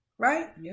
Right